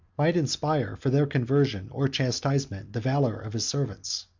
might inspire for their conversion or chastisement the valor of his servants.